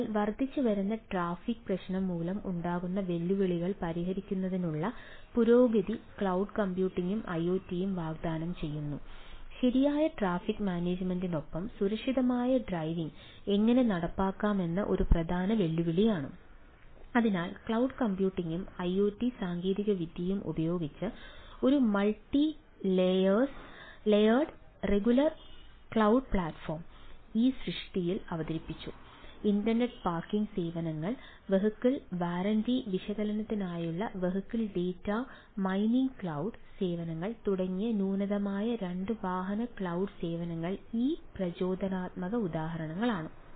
അതിനാൽ വർദ്ധിച്ചുവരുന്ന ട്രാഫിക് സേവനങ്ങൾ തുടങ്ങിയ നൂതനമായ രണ്ട് വാഹന ക്ലൌഡ് സേവനങ്ങൾ ഈ പ്രചോദനാത്മക ഉദാഹരണങ്ങളാണ്